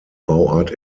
bauart